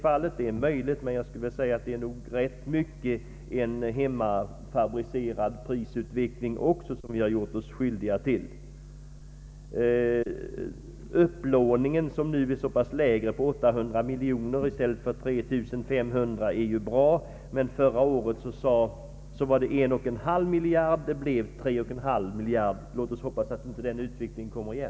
Det är möjligt, men jag skulle vilja säga att rätt mycket inverkar nog en hemmafabricerad prisutveckling också, som vi har gjort oss skyldiga till. Upplåningen som nu är mycket lägre — 800 miljoner i stället för 3 500 miljoner — är ju bra, men förra året räknade man med 1,5 miljarder i maj, och det blev 3,5 miljarder. Låt oss hoppas att den utvecklingen inte kommer igen.